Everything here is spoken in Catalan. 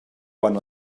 quan